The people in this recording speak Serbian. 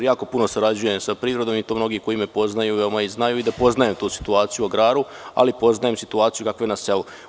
Jako puno sarađujem sa privredom i to mnogi koji me poznaju znaju da poznajem tu situaciju u agraru, ali poznajem situaciju kakva je na selu.